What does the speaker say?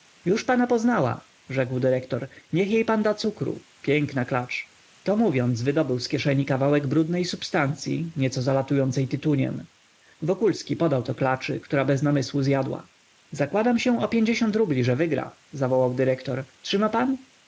już pana poznała rzekł dyrektor niech jej pan da cukru piękna klacz to mówiąc wydobył z kieszeni kawałek brudnej substancyi nieco zalatującej tytuniem wokulski podał to klaczy która bez namysłu zjadła zakładam się o pięćdziesiąt rubli że wygra zawołał dyrektor trzyma pan